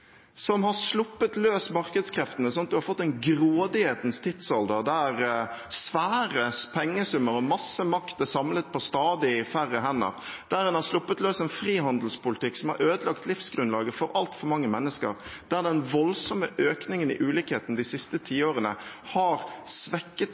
som har sluppet løs markedskreftene. En har fått en grådighetens tidsalder der svære pengesummer og masse makt er samlet på stadig færre hender, der en har sluppet løs en frihandelspolitikk som har ødelagt livsgrunnlaget for altfor mange mennesker, der den voldsomme økningen i ulikhet de siste